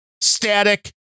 static